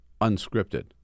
unscripted